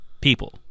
people